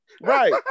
Right